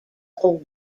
all